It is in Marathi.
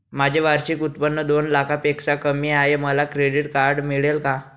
माझे वार्षिक उत्त्पन्न दोन लाखांपेक्षा कमी आहे, मला क्रेडिट कार्ड मिळेल का?